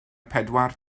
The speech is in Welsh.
pedwar